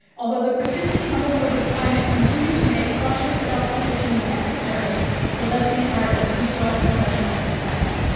although the persisting homophobic climate continued to make cautious self positioning necessary for lesbian artists who sought professional respect.